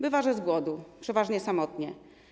Bywa, że z głodu, przeważnie samotnie.